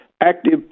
active